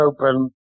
Open